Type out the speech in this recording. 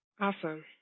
Awesome